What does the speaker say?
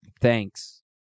Thanks